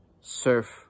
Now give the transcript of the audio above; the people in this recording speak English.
Surf